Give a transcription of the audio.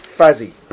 Fuzzy